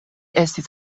estis